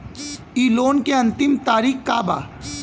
इ लोन के अन्तिम तारीख का बा?